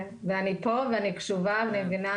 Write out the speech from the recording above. כן ואני קשובה ומבינה